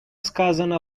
сказано